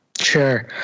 Sure